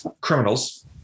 criminals